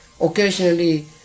Occasionally